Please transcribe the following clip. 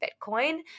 Bitcoin